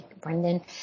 Brendan